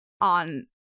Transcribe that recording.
on